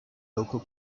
local